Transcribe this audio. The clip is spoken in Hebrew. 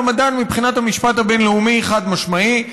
מעמדן מבחינת המשפט הבין-לאומי חד-משמעי,